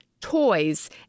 toys